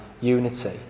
unity